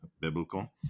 biblical